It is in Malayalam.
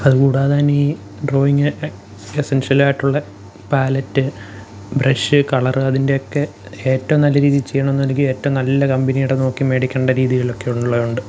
അതുകൂടാതെ തന്നെയീ ഡ്രോയിങ്ങിന് എസെൻഷ്യലായിട്ടുള്ളെ പാലറ്റ് ബ്രഷ് കളര് അതിന്റെയൊക്കെ ഏറ്റവും നല്ല രീതിയില് ചെയ്യണമെന്നുണ്ടെങ്കില് ഏറ്റവും നല്ല കമ്പനിയുടെ നോക്കി മേടിക്കണ്ട രീതികളൊക്കെ ഉള്ളതുകൊണ്ട്